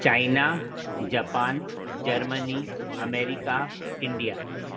China Japan Germany America India